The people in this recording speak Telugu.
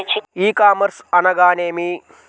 ఈ కామర్స్ అనగానేమి?